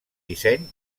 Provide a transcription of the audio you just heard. disseny